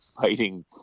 fighting